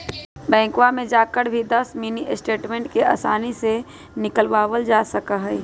बैंकवा में जाकर भी दस मिनी स्टेटमेंट के आसानी से निकलवावल जा सका हई